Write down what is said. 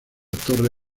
torre